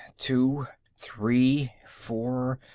two, three, four,